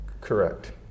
Correct